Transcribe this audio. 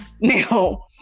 now